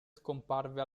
scomparve